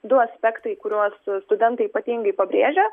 du aspektai kuriuos studentai ypatingai pabrėžia